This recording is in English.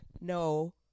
No